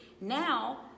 now